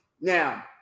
now